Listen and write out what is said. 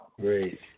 Great